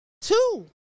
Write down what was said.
Two